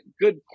good